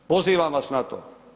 Pozivam vas na to.